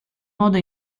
modo